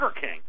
King